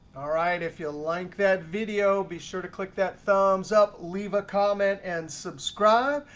all right, if you'd like that video, be sure to click that thumbs up, leave a comment, and subscribe.